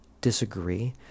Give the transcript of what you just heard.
disagree